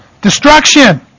Destruction